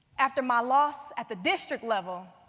after my loss at the district level,